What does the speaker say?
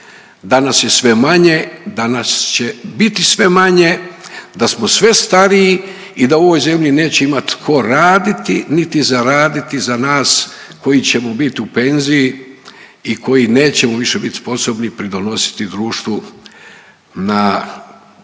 da nas je sve manje, da nas će biti sve manje, da smo sve stariji i da u ovoj zemlji neće imati tko raditi, niti zaraditi za nas koji ćemo bit u penziji i koji nećemo više biti sposobni pridonositi društvu na taj